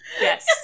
Yes